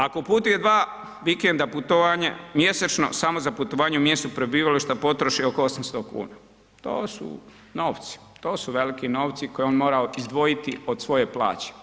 Ako putuje dva vikenda putovanja mjesečno, samo za putovanje u mjestu prebivališta potroši oko 800 kuna, to su novci, to su veliki novci koje on mora izdvojiti od svoje plaće.